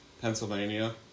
Pennsylvania